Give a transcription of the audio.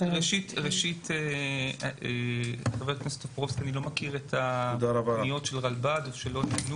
ראשית, אני לא מכיר את הפניות של רלב"ד ושומע